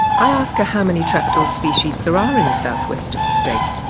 i ask her how many trapdoor species there are in the southwest of the state.